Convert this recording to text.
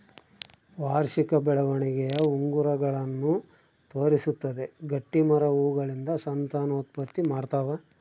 ವಾರ್ಷಿಕ ಬೆಳವಣಿಗೆಯ ಉಂಗುರಗಳನ್ನು ತೋರಿಸುತ್ತದೆ ಗಟ್ಟಿಮರ ಹೂಗಳಿಂದ ಸಂತಾನೋತ್ಪತ್ತಿ ಮಾಡ್ತಾವ